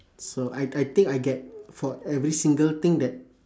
so I th~ I think I get for every single thing that